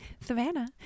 Savannah